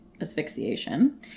asphyxiation